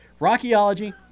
Rockyology